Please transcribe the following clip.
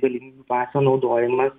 galimybių paso naudojimas